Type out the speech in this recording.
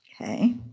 Okay